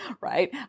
right